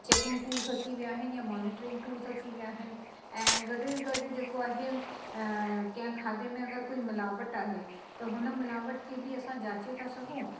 checking tools अची विया आहिनि मॉनिटिरिंग टूल्स अची विया आहिनि ऐं गॾु गॾु जेको आहे कंहिं खाधे में अगरि कोई मिलावट आहे त हुन मिलावट खे बि असां जाचे था सघूं